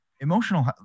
Emotional